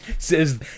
says